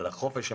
על חופש המידע,